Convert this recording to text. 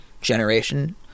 generation